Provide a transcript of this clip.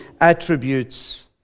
attributes